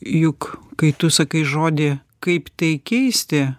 juk kai tu sakai žodį kaip tai keisti